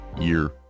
year